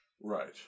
Right